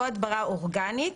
או הדברה אורגנית.